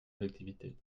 collectivités